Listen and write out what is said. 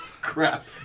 Crap